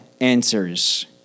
answers